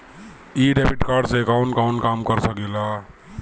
इ debit card से कवन कवन काम कर सकिला?